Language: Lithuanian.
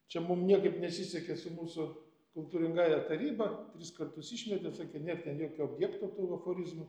čia mum niekaip nesisekė su mūsų kultūringąja taryba tris kartus išmetė sakė nėr ten jokio objekto tų aforizmų